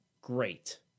Great